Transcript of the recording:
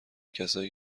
کسایی